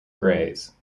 grays